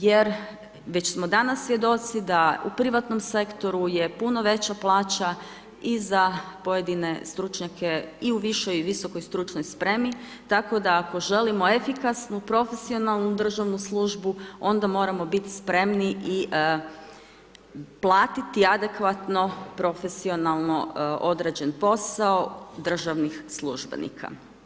Jer već smo danas svjedoci da u privatnom sektoru je puno veća plaća i za pojedine stručnjake i u višoj i visokoj stručnoj spremi tako da ako želimo efikasnu, profesionalnu državnu službu onda moramo biti spremni i platiti adekvatno profesionalno odrađen posao državnih službenika.